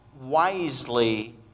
wisely